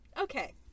Okay